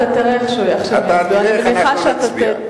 אני מניחה שאתה תראה.